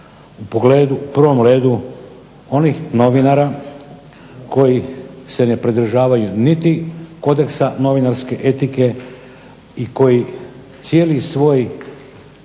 u prvom redu onih novinara koji se ne pridržavaju niti kodeksa novinarske etike i koji cijeli svoj